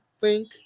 link